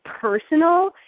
personal